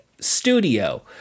studio